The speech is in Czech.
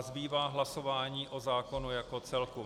Zbývá hlasování o zákonu jako celku.